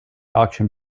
auction